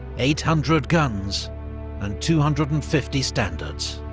eight hundred guns and two hundred and fifty standards.